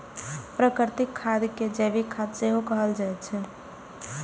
प्राकृतिक खाद कें जैविक खाद सेहो कहल जाइ छै